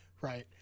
right